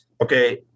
okay